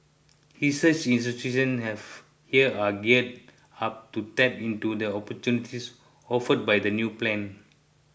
research institution have here are geared up to tap into the opportunities offered by the new plan